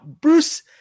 Bruce